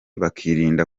bakirinda